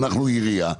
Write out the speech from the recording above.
אנחנו כעירייה,